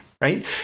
right